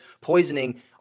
poisoning